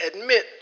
admit